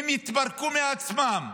הן יתפרקו מעצמן.